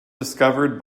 discovered